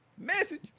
Message